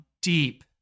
deep